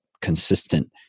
consistent